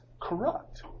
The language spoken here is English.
corrupt